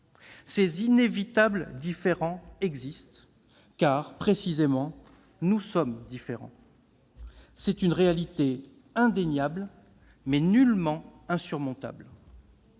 Ces inévitables différends existent, car, précisément, nous sommes différents ; c'est une réalité indéniable, mais nullement insurmontable.